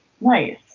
Nice